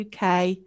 uk